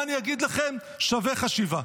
מה אני אגיד לכם, שווה חשיבה.